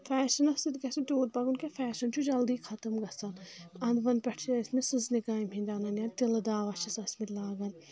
فیشنَس سۭتۍ گژھان تیوٗت پَکُن کینٛہہ فیشن چھُ جلدی خَتٔم گژھان اَنٛدوَن پؠٹھ چھِ ٲسۍ مٕتۍ سٕژنہِ کامہِ ہٕنٛدۍ اَنان یا تِلہٕ داوا چھس ٲسمٕتۍ لاگان